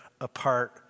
apart